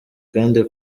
kandi